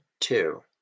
two